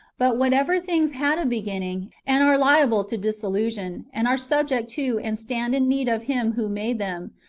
but what ever things had a beginning, and are liable to dissolution, and are subject to and stand in need of him who made them,